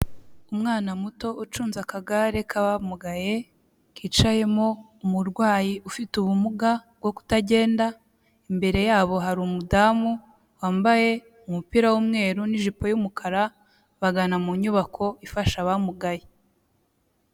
Umwana muto ucunze akagare k'abamugaye, kicayemo umurwayi ufite ubumuga bwo kutagenda, imbere yabo hari umudamu wambaye umupira w'umweru n'ijipo y'umukara, bagana mu nyubako ifasha abamugaye.